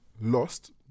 lost